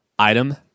Item